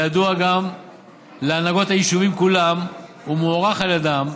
וידוע גם להנהגות היישובים כולם ומוערך על ידן,